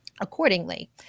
accordingly